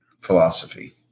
philosophy